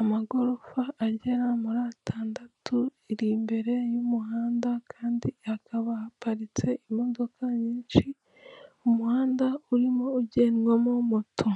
amagorofa agera muri atandatandu, iri imbere y'umuhanda kandi hakaba haparitse imodoka nyinshi. Umuhanda urimo ugendwamo moto.